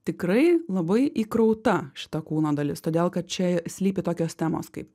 tikrai labai įkrauta šita kūno dalis todėl kad čia slypi tokios temos kaip